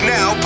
Now